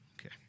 Okay